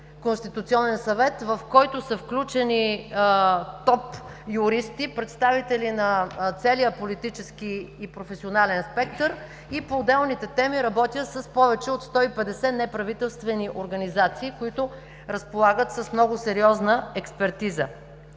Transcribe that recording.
конституционен съвет, в който са включени топ юристи, представители на целия политически и професионален спектър. По отделните теми работя с повече от 150 неправителствени организации, които разполагат с много сериозна експертиза.